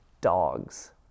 dogs